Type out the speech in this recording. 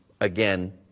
again